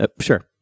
Sure